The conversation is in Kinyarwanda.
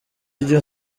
iryo